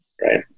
right